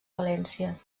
valència